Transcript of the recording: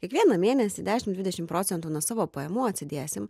kiekvieną mėnesį dešim dvidešim procentų nuo savo pajamų atsidėsim